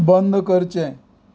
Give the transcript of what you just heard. बंद करचें